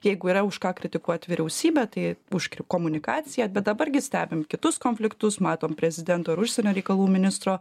jeigu yra už ką kritikuot vyriausybę tai už komunikacija bet dabar gi stebim kitus konfliktus matom prezidento ir užsienio reikalų ministro